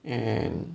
and